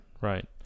right